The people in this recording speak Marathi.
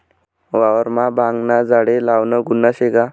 वावरमा भांगना झाडे लावनं गुन्हा शे का?